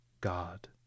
God